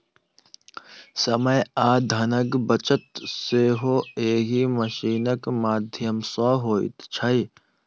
समय आ धनक बचत सेहो एहि मशीनक माध्यम सॅ होइत छै